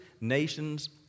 nations